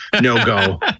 no-go